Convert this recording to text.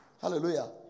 Hallelujah